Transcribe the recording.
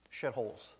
shitholes